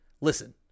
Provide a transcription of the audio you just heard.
Listen